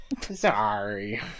Sorry